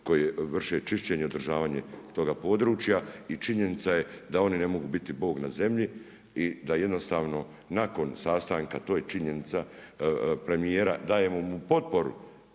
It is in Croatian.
koji vrše čišćenje i održavanje toga područja i činjenica je da oni ne mogu biti Bog na zemlji i da jednostavno nakon sastanka, to je činjenica, premijera, dajemo mu potporu,